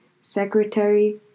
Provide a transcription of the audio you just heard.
Secretary